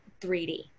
3D